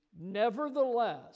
Nevertheless